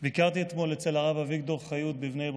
ביקרתי אתמול אצל הרב אביגדור חיות בבני ברק.